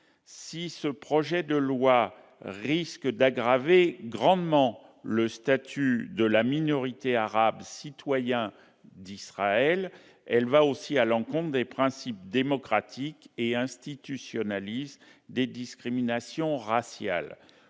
ce projet de loi risque d'aggraver grandement le statut de la minorité arabe des citoyens d'Israël, mais il va à l'encontre des principes démocratiques et institutionnalise des discriminations raciales.